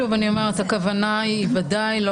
שוב אני אומרת שהכוונה היא בוודאי לא